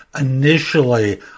Initially